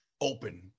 open